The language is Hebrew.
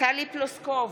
טלי פלוסקוב,